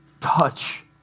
touch